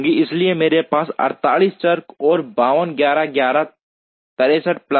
इसलिए मेरे पास 48 चर और 52 11 11 63 प्लस हैं